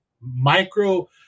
micro